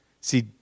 See